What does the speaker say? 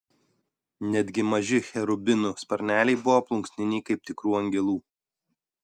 netgi maži cherubinų sparneliai buvo plunksniniai kaip tikrų angelų